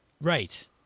Right